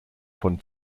von